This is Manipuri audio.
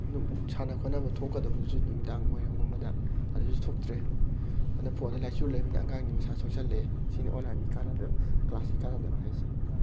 ꯁꯥꯟꯅ ꯈꯣꯠꯅꯕ ꯊꯣꯛꯀꯗꯕꯗꯨꯁꯨ ꯅꯨꯃꯤꯗꯥꯡ ꯋꯥꯏꯔꯝꯒꯨꯝꯕꯗ ꯑꯗꯨꯁꯨ ꯊꯣꯛꯇ꯭ꯔꯦ ꯑꯗ ꯐꯣꯟꯗ ꯂꯥꯏꯆꯨ ꯂꯩꯔꯝꯅꯤꯅ ꯑꯉꯥꯡꯁꯤꯡ ꯃꯁꯥ ꯁꯣꯛꯆꯜꯂꯛꯑꯦ ꯁꯤꯅꯤ ꯑꯣꯟꯂꯥꯏꯟꯒꯤ ꯀꯥꯅꯗꯕ ꯀ꯭ꯂꯥꯁꯀꯤ ꯀꯥꯅꯗꯕ ꯍꯥꯏꯁꯦ